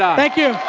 thank you.